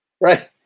Right